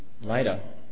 later